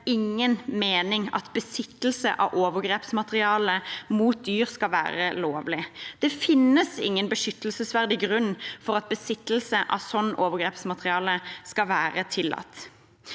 ingen mening at besittelse av overgrepsmateriale mot dyr skal være lovlig. Det finnes ingen beskyttelsesverdig grunn for at besittelse av sånt overgrepsmateriale skal være tillatt.